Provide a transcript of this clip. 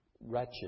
wretched